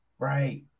Right